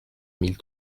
mille